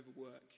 overwork